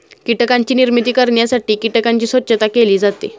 कीटकांची निर्मिती करण्यासाठी कीटकांची स्वच्छता केली जाते